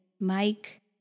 Mike